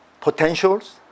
potentials